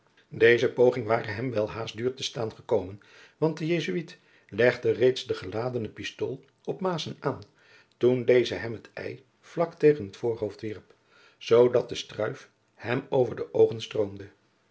deze poging ware hem welhaast duur te staan gekomen want de jesuit legde reeds de geladene pistool op maessen aan toen deze hem het ei vlak tegen het voorhoofd wierp zoodat de struif hem over de oogen stroomde